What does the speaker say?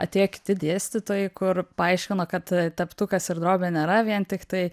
atėjo kiti dėstytojai kur paaiškino kad teptukas ir drobė nėra vien tiktai